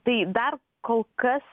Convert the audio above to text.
tai dar kol kas